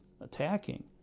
attacking